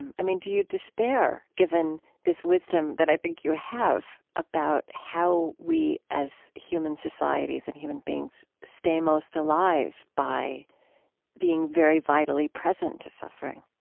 and i mean, do you despair, given this wisdom that i think you have about how we as human societies and human beings stay most alive by being very vitally present to suffering?